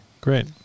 Great